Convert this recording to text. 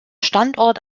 standort